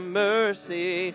mercy